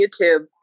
YouTube